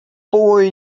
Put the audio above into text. boy